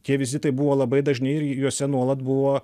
tie vizitai buvo labai dažni ir juose nuolat buvo